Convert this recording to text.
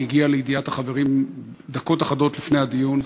היא הגיעה לידיעת החברים דקות אחדות לפני הדיון.